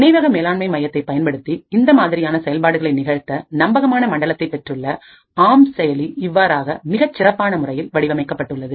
நினைவக மேலாண்மை மையத்தை பயன்படுத்தி இந்த மாதிரியான செயல்பாடுகளை நிகழ்த்த நம்பகமான மண்டலத்தை பெற்றுள்ள ஆம்செயலி இவ்வாறாக மிகச்சிறப்பான முறையில் வடிவமைக்கப்பட்டுள்ளது